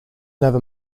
never